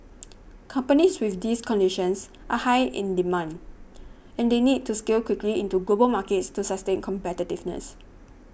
companies with these conditions are high in demand and they need to scale quickly into global markets to sustain competitiveness